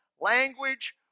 language